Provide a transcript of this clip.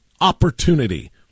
opportunity